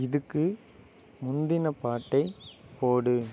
இதுக்கு முந்தின பாட்டை போடு